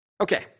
Okay